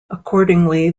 accordingly